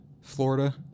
Florida